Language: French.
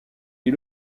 les